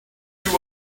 too